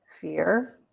fear